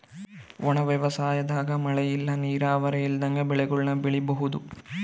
ಒಣ ವ್ಯವಸಾಯದಾಗ ಮಳೆ ಇಲ್ಲ ನೀರಾವರಿ ಇಲ್ದಂಗ ಬೆಳೆಗುಳ್ನ ಬೆಳಿಬೋಒದು